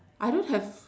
I don't have